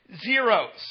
zeros